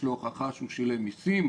יש לו הוכחה שהוא שילם מיסים,